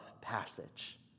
passage